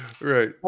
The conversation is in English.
Right